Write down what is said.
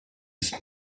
ist